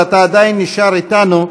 אתה עדיין נשאר איתנו,